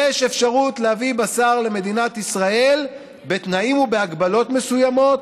יש אפשרות להביא בשר למדינת ישראל בתנאים ובהגבלות מסוימות,